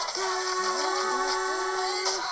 time